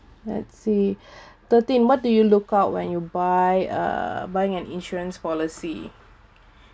let's see thirteen what do you look out when you buy uh buying an insurance policy